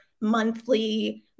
monthly